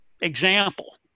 example